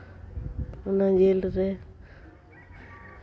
ᱚᱱᱟ ᱡᱤᱞ ᱨᱮ